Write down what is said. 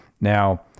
Now